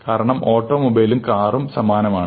കാരണം ഓട്ടോമൊബൈലും കാറും സമാനമാണ്